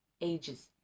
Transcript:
ages